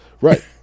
Right